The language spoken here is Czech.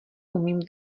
umím